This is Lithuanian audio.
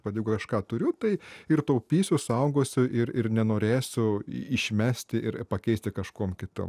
vat jeigu aš ką turiu tai ir taupysiu saugosiu ir ir nenorėsiu išmesti ir pakeisti kažkuom kitu